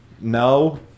no